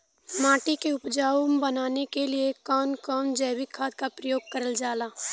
माटी के उपजाऊ बनाने के लिए कौन कौन जैविक खाद का प्रयोग करल जाला?